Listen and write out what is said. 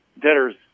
debtors